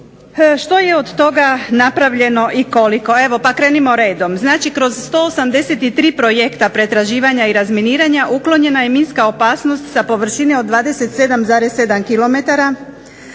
Što je od toga napravljeno i koliko? Evo pa krenimo redom. Znači kroz 183 projekta pretraživanja i razminiranja uklonjena je minska opasnost sa površine od 27,7